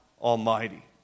Almighty